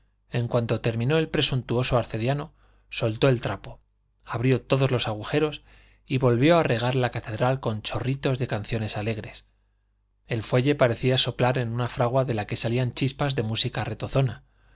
en cuanto terminó el presuntuoso arcediano soltó el trapo abrió todos sus agujeros y volvió a regar la catedral con chorritos de canciones alegres el fuelle parecía soplar en una fragua de la que salían chispas de música retozona